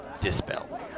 Dispel